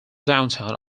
downtown